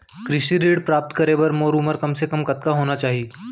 कृषि ऋण प्राप्त करे बर मोर उमर कम से कम कतका होना चाहि?